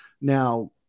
Now